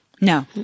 No